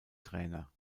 trainer